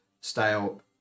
style